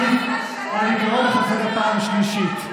אני קורא אותך לסדר פעם שלישית.